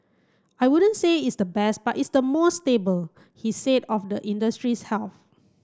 I wouldn't say it's the best but it's the most stable he said of the industry's health